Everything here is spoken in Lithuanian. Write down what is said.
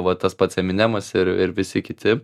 va tas pats eminemas ir ir visi kiti